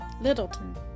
Littleton